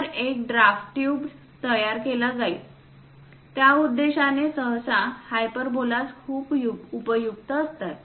तर एक draft tube तयार केला जाईल त्या उद्देशाने सहसा हायपरबॉल्स खूप उपयुक्त असतात